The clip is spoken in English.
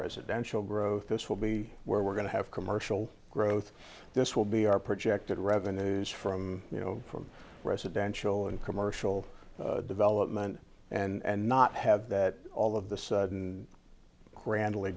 residential growth this will be where we're going to have commercial growth this will be our projected revenues from you know from residential and commercial development and not have that all of the sudden grand